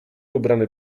ubrany